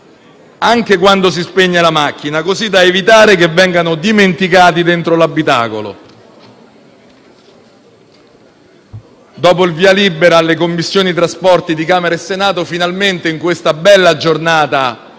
anche quando si spegne la macchina, così da evitare che vengano dimenticati dentro l'abitacolo. Dopo il via libera delle Commissioni trasporti di Camera e Senato, finalmente c'è questa bella giornata